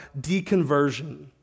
deconversion